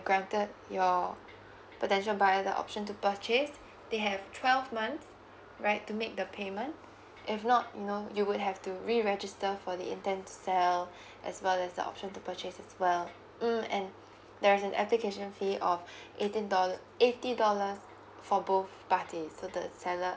granted your potential buyer the option to purchase they have twelve month right to make the payment if not you know you would have to re register for the intent to sell as well as the option to purchase as well mm and there's an application fee of eighteen dollar eighty dollars for both parties to the seller